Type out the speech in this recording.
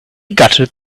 gutted